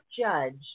judge